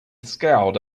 scowled